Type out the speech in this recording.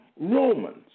Romans